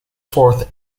fourth